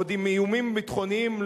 עוד עם איומים ביטחוניים,